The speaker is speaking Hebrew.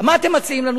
מה אתם מציעים לנו?